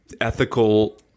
ethical